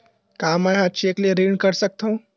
का मैं ह चेक ले ऋण कर सकथव?